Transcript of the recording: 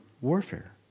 warfare